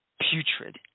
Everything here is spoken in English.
putrid